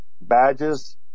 badges